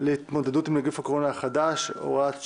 להתמודדות עם נגיף הקורונה החדש (הוראת שעה),